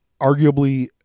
arguably